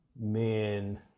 men